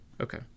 Okay